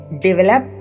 develop